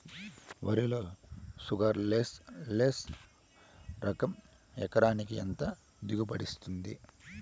వరి లో sugarless less రకం ఎకరాకి ఎంత దిగుబడినిస్తుంది